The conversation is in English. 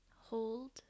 Hold